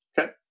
okay